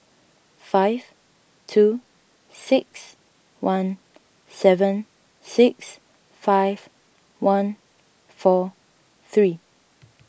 five two six one seven six five one four three